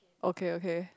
okay okay